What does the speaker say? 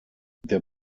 der